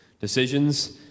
decisions